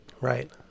right